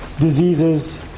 diseases